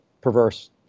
perverse